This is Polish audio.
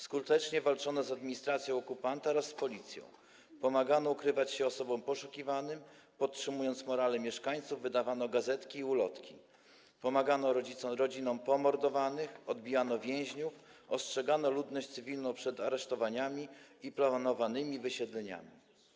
Skutecznie walczono z administracją okupanta oraz z policją, pomagano ukrywać się osobom poszukiwanym, podtrzymując morale mieszkańców, wydawano gazetki i ulotki, pomagano rodzinom pomordowanych, odbijano więźniów, ostrzegano ludność cywilną przed aresztowaniami i planowanymi wysiedleniami.